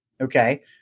okay